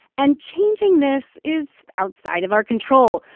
and changing this is outside of our control.